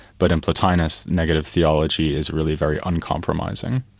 but in plotinus negative theology is really very uncompromising.